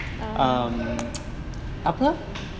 mm